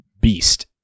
beast